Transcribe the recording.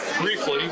briefly